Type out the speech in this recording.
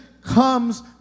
comes